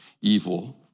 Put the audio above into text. evil